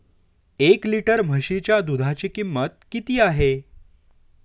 एक लिटर म्हशीच्या दुधाची किंमत किती आहे?